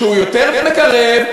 שהוא יותר מקרב,